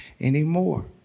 anymore